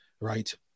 right